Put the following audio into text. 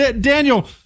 Daniel